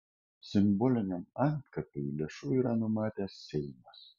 simboliniam antkapiui lėšų yra numatęs seimas